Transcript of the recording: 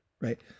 Right